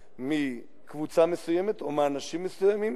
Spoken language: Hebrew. מקבוצה מסוימת או מאנשים מסוימים,